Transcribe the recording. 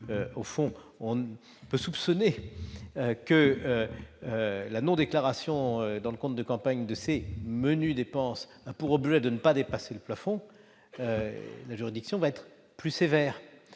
et que l'on peut soupçonner que la non-déclaration dans le compte de campagne des menues dépenses a pour objet de ne pas dépasser le plafond, elle sera plus sévère.